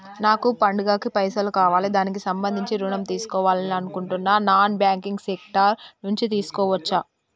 నాకు పండగ కి పైసలు కావాలి దానికి సంబంధించి ఋణం తీసుకోవాలని అనుకుంటున్నం నాన్ బ్యాంకింగ్ సెక్టార్ నుంచి తీసుకోవచ్చా?